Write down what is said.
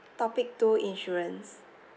topic two insurance